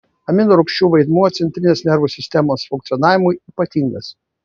aminorūgščių vaidmuo centrinės nervų sistemos funkcionavimui ypatingas